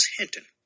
Hinton